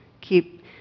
keep